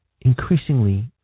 increasingly